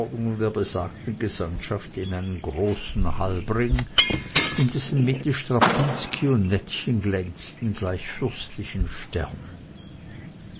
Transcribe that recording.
besagten gesandtschaft in einem großen halbring in dessen mitte strapinski und nettchen glänzten gleich fürstlichen sternen